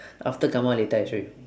after come out later I show you